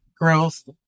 growth